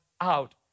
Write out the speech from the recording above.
out